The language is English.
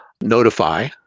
notify